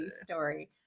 story